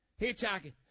hitchhiking